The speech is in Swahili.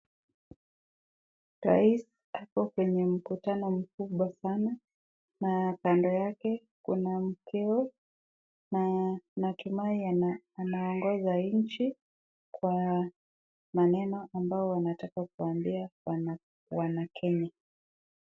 Rais ako kwenye mkutano mkubwa sana na kando yake kuna mkeo. Na natumai anaongoza nchi kwa maneno ambao wanataka kuwaambia wana Kenya.